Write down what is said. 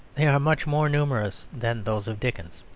they are much more numerous than those of dickens.